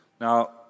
Now